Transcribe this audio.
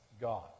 God